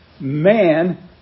man